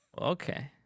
Okay